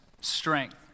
strength